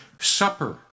supper